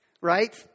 right